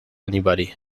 anybody